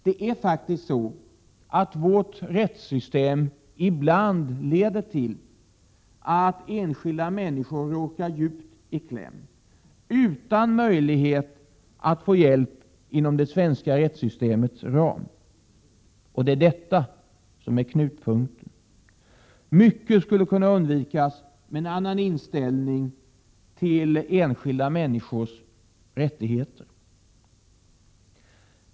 Det är faktiskt så att vårt rättssystem ibland leder till att enskilda människor råkar djupt i kläm utan möjlighet att få hjälp inom det svenska rättssystemets ram. Det är detta som är kärnpunkten. Många problem skulle kunna undvikas med en annan inställning till enskilda människors rättigheter.